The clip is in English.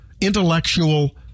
intellectual